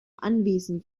anwesen